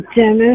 Dennis